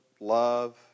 love